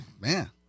Man